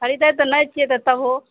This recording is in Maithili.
एहि बेर तऽ नहि छियै तऽ तबहो